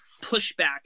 pushback